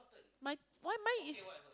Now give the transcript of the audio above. my why mine is